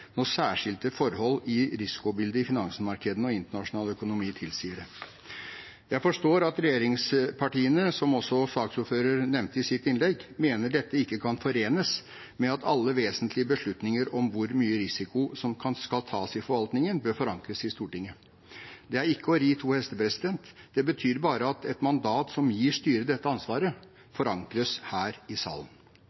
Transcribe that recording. når særskilte forhold i risikobildet i finansmarkedene og internasjonal økonomi tilsier det». Jeg forstår at regjeringspartiene, som også saksordfører nevnte i sitt innlegg, mener dette ikke kan forenes med at «alle vesentlige beslutninger om hvor mye risiko som skal tas i forvaltningen bør forankres i Stortinget». Det er ikke å ri to hester. Det betyr bare at et mandat som gir styret dette ansvaret,